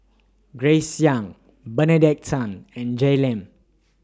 Grace Young Benedict Tan and Jay Lim